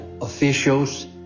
officials